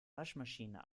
waschmaschine